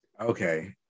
Okay